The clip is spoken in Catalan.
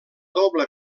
doble